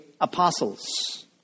apostles